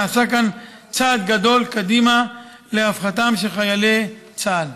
נעשה צעד גדול קדימה לרווחתם של חיילי צה"ל.